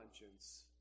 conscience